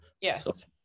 Yes